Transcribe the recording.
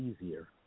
easier